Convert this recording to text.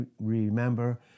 remember